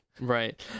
Right